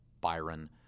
Byron